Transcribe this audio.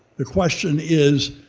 the question is,